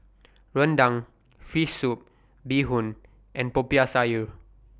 Rendang Fish Soup Bee Hoon and Popiah Sayur